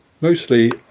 mostly